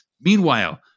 Meanwhile